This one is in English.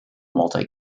multi